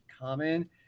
common